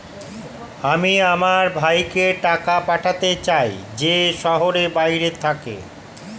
আমি আমার ভাইকে টাকা পাঠাতে চাই যে শহরের বাইরে থাকে